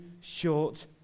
short